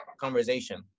conversation